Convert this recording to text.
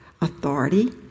authority